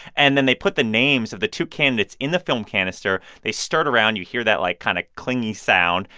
and then they put the names of the two candidates in the film canister. they stir it around. you hear that, like, kind of clingy sound.